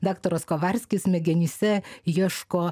daktaras kovarskis smegenyse ieško